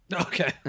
Okay